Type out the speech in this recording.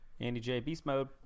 AndyJBeastMode